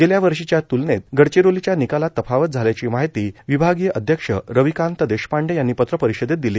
गेल्या वर्षीच्या तुलनेत गडचिरोलीच्या निकालात तफावत झाल्याची माहिती विभागीय अध्यक्ष रविकांत देशपांडे यांनी पत्र परिषदेत दिली